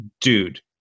dude